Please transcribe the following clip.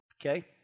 Okay